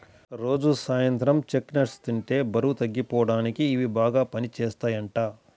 రోజూ సాయంత్రం చెస్ట్నట్స్ ని తింటే బరువు తగ్గిపోడానికి ఇయ్యి బాగా పనిజేత్తయ్యంట